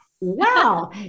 wow